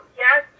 yes